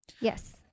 Yes